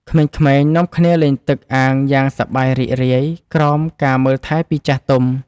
ក្មេងៗនាំគ្នាលេងទឹកអាងយ៉ាងសប្បាយរីករាយក្រោមការមើលថែពីចាស់ទុំ។